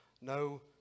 no